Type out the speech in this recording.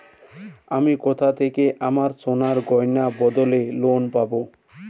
আমি কোথা থেকে আমার সোনার গয়নার বদলে লোন পাবো?